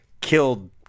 killed